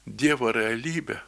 dievo realybę